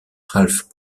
ralph